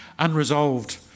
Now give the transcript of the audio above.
unresolved